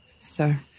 sir